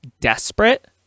desperate